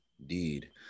Indeed